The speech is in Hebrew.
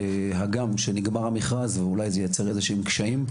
הגם שנגמר המכרז ואולי זה ייצר איזשהם קשיים,